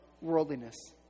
worldliness